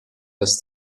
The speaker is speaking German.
das